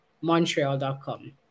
montreal.com